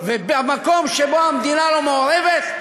ובמקום שבו המדינה לא מעורבת,